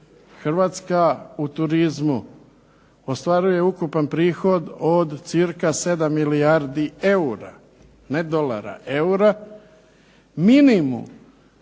Hrvatska u turizmu ostvaruje ukupan prihod od cca 7 milijardi eura, ne dolara, eura. Minimum,